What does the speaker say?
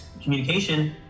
communication